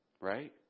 Right